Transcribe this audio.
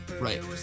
Right